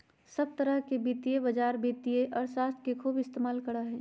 सब तरह के वित्तीय बाजार वित्तीय अर्थशास्त्र के खूब इस्तेमाल करा हई